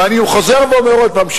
ואני חוזר ואומר עוד פעם,